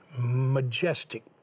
Majestic